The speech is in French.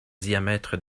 diamètres